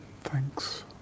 thanks